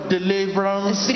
Deliverance